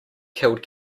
killed